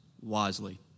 wisely